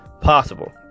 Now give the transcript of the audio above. possible